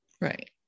right